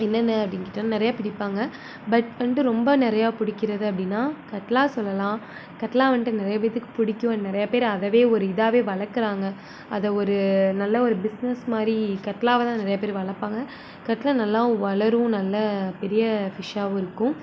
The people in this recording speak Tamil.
என்னென்ன அப்படினு கேட்டால் நிறையா பிடிப்பாங்க பட் வந்துட்டு ரொம்ப நிறையா பிடிக்கிறது அப்படினா கட்லா சொல்லலாம் கட்லா வந்துட்டு நிறைய பேர்த்துக்கு பிடிக்கும் அண்ட் நிறைய பேர் அதயே ஒரு இதாகவே வளர்க்குறாங்க அதை ஒரு நல்ல ஒரு பிஸ்னெஸ் மாதிரி கட்லாவை தான் நிறைய பேர் வளர்ப்பாங்க கட்லா நல்லாவும் வளரும் நல்ல பெரிய ஃபிஷ்ஷாகவும் இருக்கும்